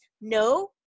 no